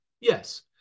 Yes